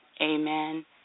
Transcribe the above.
Amen